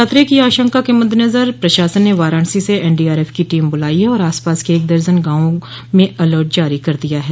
खतरे की आशंका के मददेनजर प्रशासन ने वाराणसी से एनडीआरफ की टीम बुलाई है और आसपास के एक दर्जन गांवों में अलर्ट जारी कर दिया गया है